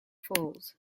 falls